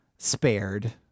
spared